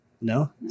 No